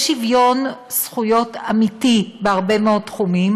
שוויון זכויות אמיתי בהרבה מאוד תחומים,